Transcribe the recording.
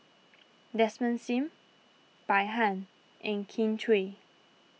Desmond Sim Bai Han and Kin Chui